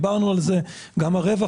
אעשה את הסקירה שלנו מאוד מהר,